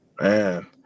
Man